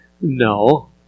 No